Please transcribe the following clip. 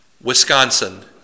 Wisconsin